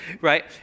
right